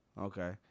Okay